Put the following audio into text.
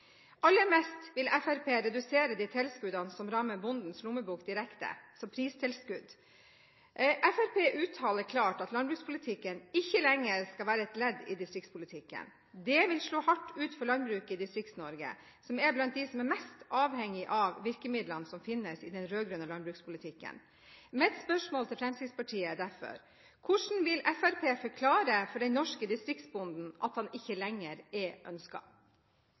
Aller mest vil Fremskrittspartiet redusere de tilskuddene som rammer bondens lommebok direkte, som pristilskudd. Fremskrittspartiet uttaler klart at landbrukspolitikken ikke lenger skal være et ledd i distriktspolitikken. Det vil slå hardt ut for landbruket i Distriks-Norge, som er blant dem som er mest avhengig av virkemidlene som finnes i den rød-grønne landbrukspolitikken. Mitt spørsmål til Fremskrittspartiet er derfor: Hvordan vil Fremskrittspartiet forklare for den norske distriktsbonden at han ikke lenger er